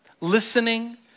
listening